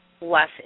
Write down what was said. less